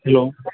hello